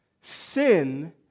Sin